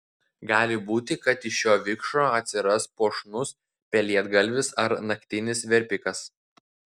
gali būti kad iš šio vikšro atsiras puošnus pelėdgalvis ar naktinis verpikas